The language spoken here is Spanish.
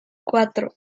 cuatro